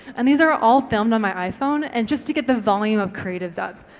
and these are all filmed on my iphone and just to get the volume of creatives up.